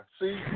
See